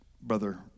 Brother